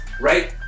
right